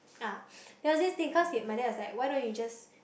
ah then there was this thing cause my dad was like why don't you just